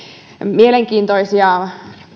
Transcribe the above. mielenkiintoisia